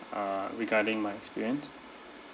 uh regarding my experience